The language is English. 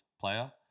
player